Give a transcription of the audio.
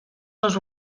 les